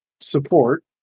support